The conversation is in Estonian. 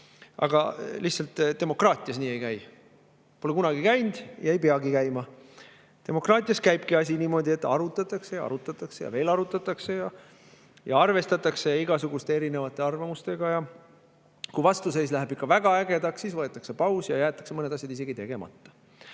see lihtsalt nii ei käi, pole kunagi käinud ja ei peagi käima. Demokraatias käibki asi niimoodi, et arutatakse ja arutatakse ja arutatakse veel ja arvestatakse igasuguste erinevate arvamustega ja kui vastuseis läheb ikka väga ägedaks, siis võetakse paus ja jäetakse mõned asjad isegi tegemata.